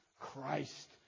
christ